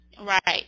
Right